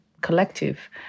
collective